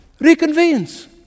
Reconvenes